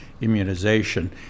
immunization